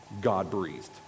God-breathed